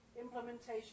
Implementation